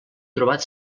trobat